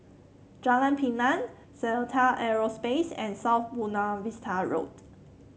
Jalan Pinang Seletar Aerospace and South Buona Vista Road